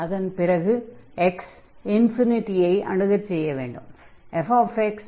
அதன் பிறகு x ∞ ஐ அணுகச் செய்ய வேண்டும்